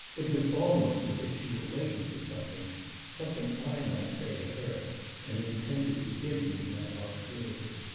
it was almost as if she were waiting for something something i might say to her and intended to give me my opportunity.